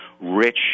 rich